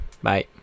Bye